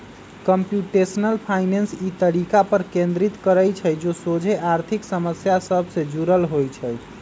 computational finance इ तरीका पर केन्द्रित करइ छइ जे सोझे आर्थिक समस्या सभ से जुड़ल होइ छइ